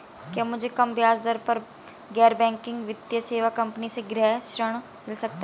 क्या मुझे कम ब्याज दर पर गैर बैंकिंग वित्तीय सेवा कंपनी से गृह ऋण मिल सकता है?